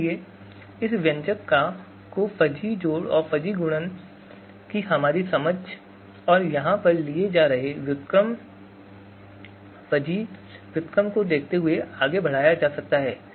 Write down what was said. इसलिए इस व्यंजक को फ़ज़ी जोड़ और फ़ज़ी गुणन की हमारी समझ और यहाँ पर लिए जा रहे व्युत्क्रम फ़ज़ी व्युत्क्रम को देखते हुए बढ़ाया जा सकता है